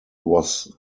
was